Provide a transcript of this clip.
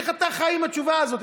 איך אתה חי עם התשובה הזאת.